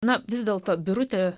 na vis dėlto birutė